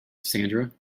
sandra